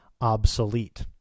obsolete